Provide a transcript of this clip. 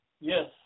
Yes